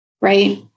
right